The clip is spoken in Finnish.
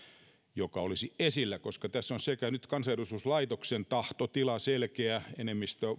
jotka ovat esillä koska tässä nyt sekä on kansanedustuslaitoksen tahtotila selkeä vahva enemmistö